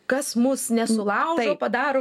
kas mus nesulaužo padaro